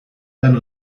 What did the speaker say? lan